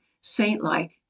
saint-like